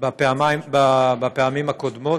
בפעמים הקודמות: